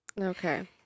Okay